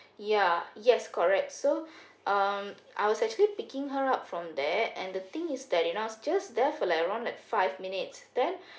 ya yes correct so um I was actually picking her up from there and the thing is that you know I was just there for like around like five minutes then